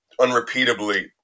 unrepeatably